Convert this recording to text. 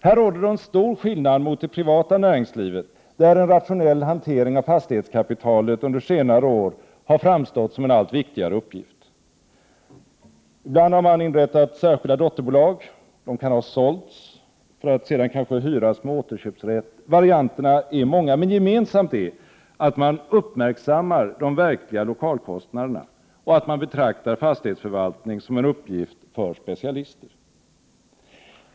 Här råder en stor skillnad mot det privata näringslivet, där en rationell hantering av fastighetskapitalet under senare år har framstått som en allt viktigare uppgift. Ibland har man inrättat särskilda dotterbolag, som har sålts för att sedan kanske hyras med återköpsrätt. Varianterna är många. Gemensamt är dock att man uppmärksammar de verkliga lokalkostnaderna och att man betraktar fastighetsförvaltning som en uppgift för specialister.